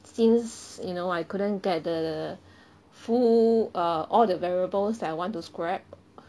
since you know I couldn't get the full err all the variables that I want to scrap